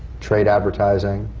trade advertising,